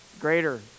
Greater